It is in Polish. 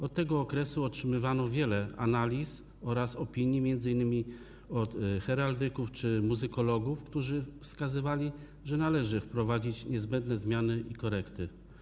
Od tego okresu otrzymywano wiele analiz oraz opinii, m.in. od heraldyków czy muzykologów, którzy wskazywali, że należy wprowadzić niezbędne zmiany i korekty.